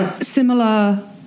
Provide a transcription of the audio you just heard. Similar